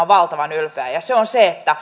valtavan ylpeä ja ja se on se että